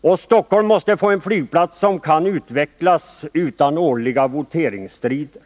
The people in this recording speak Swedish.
och Stockholm måste få en flygplats som kan utvecklas utan årliga voteringsstrider.